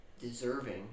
deserving